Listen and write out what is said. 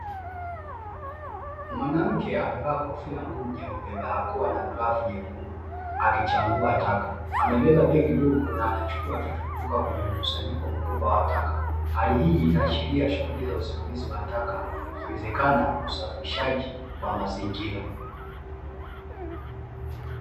Mwanamke amevaa kofia ngumu nyeupe, barakoa, na glavu nyekundu akichambua taka. Amebeba begi dogo na anachukua vitu kutoka kwenye mkusanyiko mkubwa wa taka. Hali hii inahashiria shughuli za usimamizi wa taka, ikiwezekana usafishaji wa mazingira.